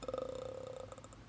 err